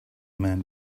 man